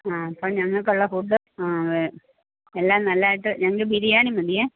ആ അപ്പോൾ ഞങ്ങൾക്കുള്ള ഫുഡ് ആ എല്ലാം നല്ലതായിട്ട് ഞങ്ങൾക്ക് ബിരിയാണി മതിയേ